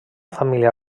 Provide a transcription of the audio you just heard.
família